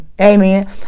amen